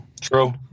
true